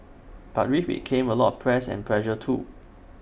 but with IT came A lot of press and pressure too